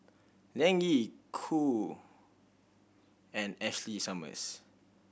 Liang Yi Qoo and Ashley Summers